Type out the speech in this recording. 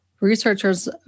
Researchers